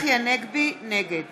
נגד